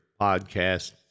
podcast